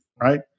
right